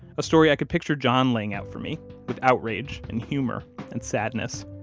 a story i could picture john laying out for me with outrage and humor and sadness,